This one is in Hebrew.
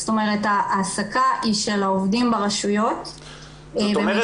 ההעסקה היא של העובדים ברשויות --- זאת אומרת,